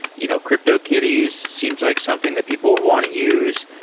you know cryptokitties seems like something that people would want to use.